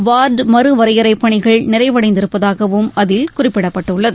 ward மறுவரையறைப் பணிகள் நிறைவடைந்திருப்பதாகவும் அதில் குறிப்பிடப்பட்டுள்ளது